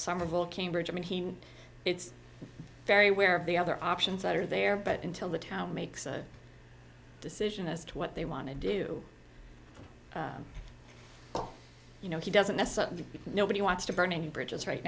somerville cambridge i mean he it's very aware of the other options that are there but until the town makes a decision as to what they want to do oh you know he doesn't suddenly nobody wants to burning bridges right